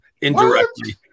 indirectly